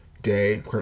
Day